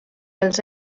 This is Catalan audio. als